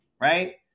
right